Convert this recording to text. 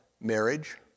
marriage